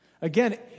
Again